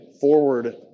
forward